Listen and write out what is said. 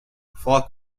falk